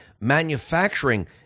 manufacturing